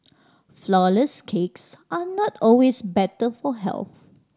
flourless cakes are not always better for health